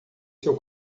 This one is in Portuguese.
seu